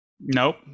Nope